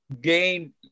gain